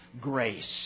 grace